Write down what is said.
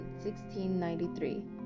1693